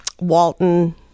Walton